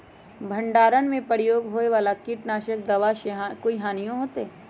भंडारण में प्रयोग होए वाला किट नाशक दवा से कोई हानियों होतै?